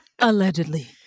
Allegedly